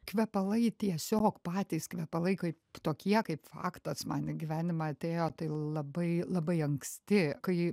kvepalai tiesiog patys kvepalai kai tokie kaip faktas man į gyvenimą atėjo labai labai anksti kai